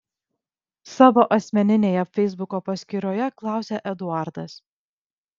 savo asmeninėje feisbuko paskyroje klausia eduardas